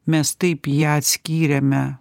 mes taip ją atskyrėme